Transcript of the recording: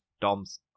Dom's